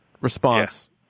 response